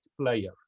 player